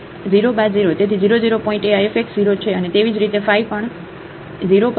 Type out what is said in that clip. તેથી 0 0 પોઇન્ટએ આ fx 0 છે અને તેવી જ રીતે ફાઇ પણ 0 પર 0 છે